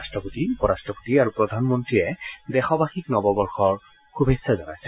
ৰাট্টপতি উপ ৰট্টপতি আৰু প্ৰধানমন্ত্ৰীয়ে দেশবাসীক নৱবৰ্ষৰ শুভেচ্ছা জনাইছে